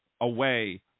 away